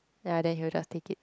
ya then he will just take it